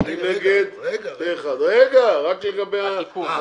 הצבעה בעד התיקון פה אחד נגד, אין התיקון אושר.